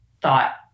thought